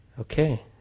Okay